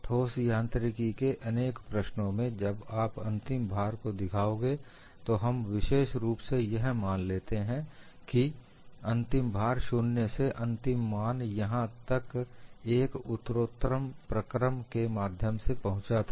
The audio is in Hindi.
ठोस यांत्रिकी के अनेक प्रश्नों में जब आप अंतिम भार को दिखाओगे तो हम विशेष रूप से यह मान लेते हैं कि अंतिम भार शून्य से अंतिम मान यहां तक एक उत्तरोत्तर प्रक्रम के माध्यम से पहुंचा था